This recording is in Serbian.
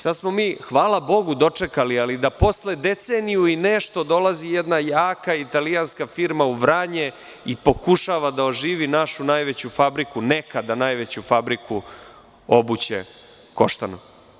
Sad smo mi, hvala Bogu, dočekali da posle deceniju i nešto dolazi jedna jaka italijanska firma u Vranje i pokušava da oživi našu najveću fabriku, nekada najveću fabriku obuće „Koštana“